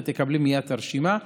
ותקבלי מייד את הרשימה.